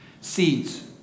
Seeds